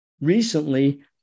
Recently